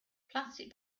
plastic